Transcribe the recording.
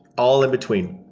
all in-between,